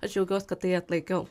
aš džiaugiuos kad tai atlaikiau